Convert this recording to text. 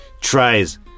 tries